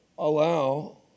allow